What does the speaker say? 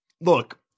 look